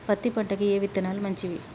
పత్తి పంటకి ఏ విత్తనాలు మంచివి?